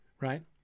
Right